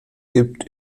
gibt